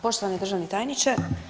Poštovani državni tajniče.